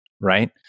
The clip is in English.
Right